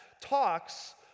talks